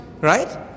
right